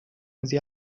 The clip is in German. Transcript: sie